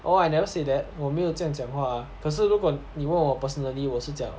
oh I never say that 我没有这样讲话可是如果你问我 personally 我是讲